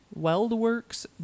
Weldworks